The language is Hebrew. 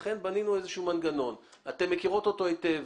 לכן בנינו איזשהו מנגנון ואתן מכירות אותו היטב.